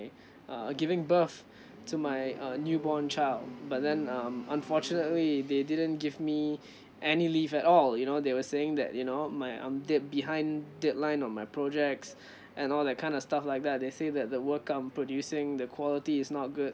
err giving birth to my uh newborn child but then um unfortunately they didn't give me any leave at all you know they were saying that you know my I'm dead behind deadline of my projects and all that kind of stuff like that they said that the work I'm producing the quality is not good